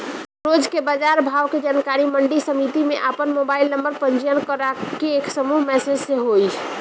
रोज के बाजार भाव के जानकारी मंडी समिति में आपन मोबाइल नंबर पंजीयन करके समूह मैसेज से होई?